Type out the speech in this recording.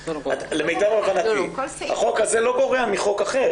למיטב הבנתי, החוק הזה לא גורע מחוק אחר.